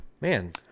Man